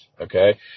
Okay